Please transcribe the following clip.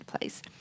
place